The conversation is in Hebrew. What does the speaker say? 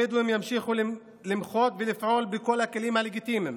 הבדואים ימשיכו למחות ולפעול בכל הכלים הלגיטימיים